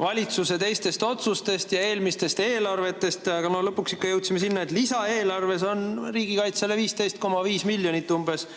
valitsuse teistest otsustest ja eelmistest eelarvetest, aga lõpuks ikka jõudsime sinna, et lisaeelarves on riigikaitsele 15,5 miljonit umbes